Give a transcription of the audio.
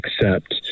accept